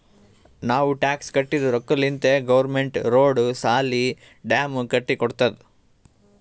ನಾವ್ ಟ್ಯಾಕ್ಸ್ ಕಟ್ಟಿದ್ ರೊಕ್ಕಾಲಿಂತೆ ಗೌರ್ಮೆಂಟ್ ರೋಡ್, ಸಾಲಿ, ಡ್ಯಾಮ್ ಕಟ್ಟಿ ಕೊಡ್ತುದ್